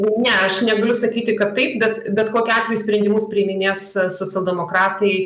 ne aš negaliu sakyti kad taip bet bet kokiu atveju sprendimus priiminės socialdemokratai